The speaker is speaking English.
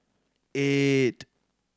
eight